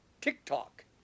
TikTok